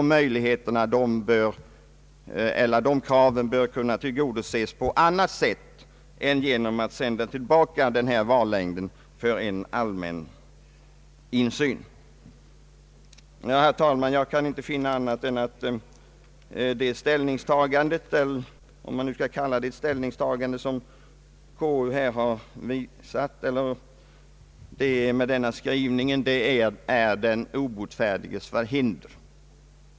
Men de kraven bör kunna tillgodoses på annat sätt än genom att sända tillbaka vallängden för allmän insyn. Herr talman! Jag kan inte finna an nat än att det ställningstagande — om man nu skall kalla det ställningstagande — som konstitutionsutskottet med denna skrivning givit uttryck åt är den obotfärdiges förhinder.